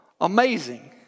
Amazing